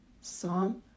Psalm